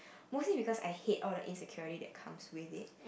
mostly because I hate all the insecurity that comes with it